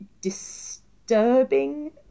disturbing